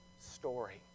story